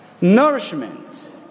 nourishment